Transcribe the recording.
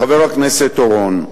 חבר הכנסת אורון,